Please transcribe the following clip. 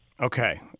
Okay